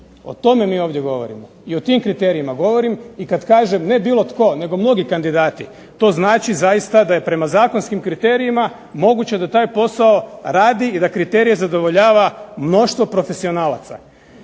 O tome mi ovdje govorimo i o tim kriterijima govorim i kad kažem ne bilo tko nego mnogi kandidati to znači zaista da je prema zakonskim kriterijima moguće da taj posao radi i da kriterije zadovoljava mnoštvo profesionalaca